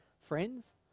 friends